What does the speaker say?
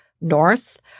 north